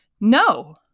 no